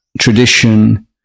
tradition